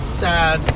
sad